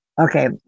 Okay